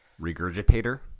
Regurgitator